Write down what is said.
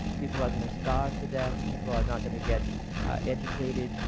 people are going to starve to death, people are not going to get educated,